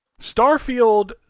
Starfield